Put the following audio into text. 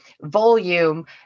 volume